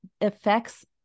affects